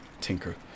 tinker